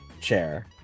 chair